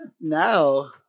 Now